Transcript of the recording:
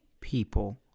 people